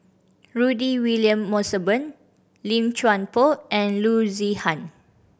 Rudy William Mosbergen Lim Chuan Poh and Loo Zihan